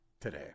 today